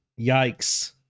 Yikes